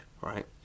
right